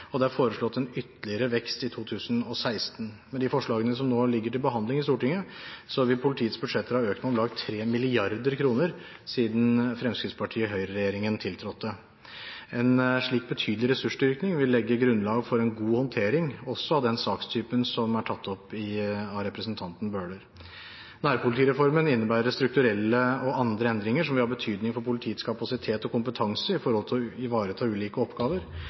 og det er foreslått en ytterligere vekst i 2016. Med de forslagene som nå ligger til behandling i Stortinget, vil politiets budsjetter ha økt med om lag 3 mrd. kr siden Fremskrittparti–Høyre-regjeringen tiltrådte. En slik betydelig ressursstyrking vil legge grunnlag for en god håndtering også av den sakstypen som er tatt opp av representanten Bøhler. Nærpolitireformen innebærer strukturelle og andre endringer som vil ha betydning for politiets kapasitet og kompetanse med hensyn til å ivareta ulike oppgaver.